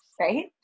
right